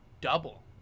double